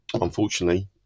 unfortunately